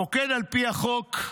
הפוקד על פי החוק,